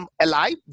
alive